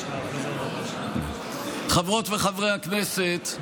חברות וחברי הכנסת,